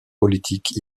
politiques